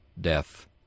death